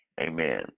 Amen